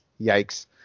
yikes